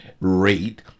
rate